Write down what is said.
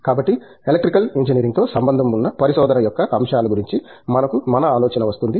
కాబట్టి ఎలక్ట్రికల్ ఇంజనీరింగ్తో సంబంధం ఉన్న పరిశోధన యొక్క అంశాల గురించి మనకు ఒక ఆలోచన వస్తుంది